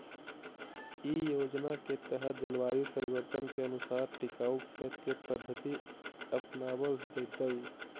इ योजना के तहत जलवायु परिवर्तन के अनुसार टिकाऊ खेत के पद्धति अपनावल जैतई